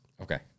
okay